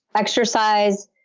exercise,